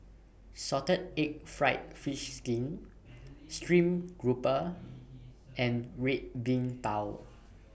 Salted Egg Fried Fish Skin Stream Grouper and Red Bean Bao